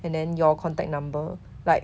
and then your contact number like